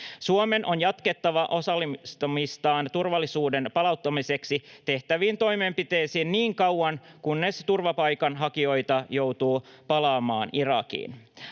Suomen on jatkettava osallistumistaan turvallisuuden palauttamiseksi tehtäviin toimenpiteisiin niin kauan, kunnes turvapaikanhakijoita joutuu palaamaan Irakiin.